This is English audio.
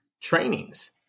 trainings